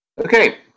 Okay